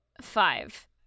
Five